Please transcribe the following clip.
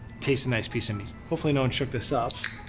taste a nice piece of meat. hopefully no one shook this up.